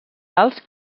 alts